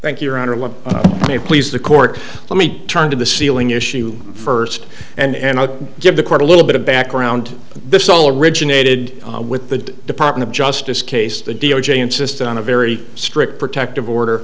thank you may please the court let me turn to the ceiling issue first and give the court a little bit of background this all originated with the department of justice case the d o j insisted on a very strict protective order